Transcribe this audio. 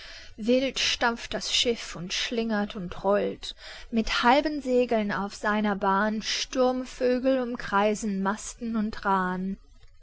wild stampft das schiff und schlingert und rollt mit halben segeln auf seiner bahn sturmvögel umkreisen masten und raa'n